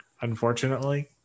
unfortunately